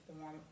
form